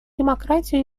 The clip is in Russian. демократию